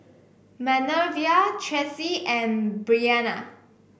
Manervia Traci and Bryanna